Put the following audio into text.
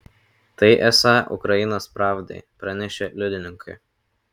tai esą ukrainos pravdai pranešė liudininkai